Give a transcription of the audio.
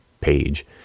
page